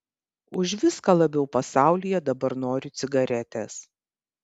už viską labiau pasaulyje dabar noriu cigaretės